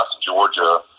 Georgia